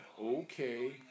okay